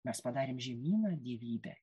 mes padarėm žemyną dievybe